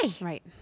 Right